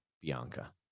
Bianca